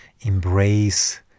embrace